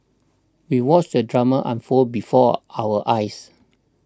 we watched the drama unfold before our eyes